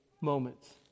moments